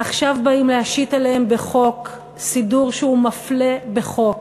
עכשיו באים להשית עליהם בחוק סידור שהוא מפלה בחוק.